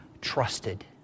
trusted